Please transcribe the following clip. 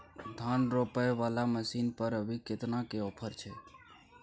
धान रोपय वाला मसीन पर अभी केतना के ऑफर छै?